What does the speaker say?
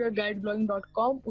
guideblogging.com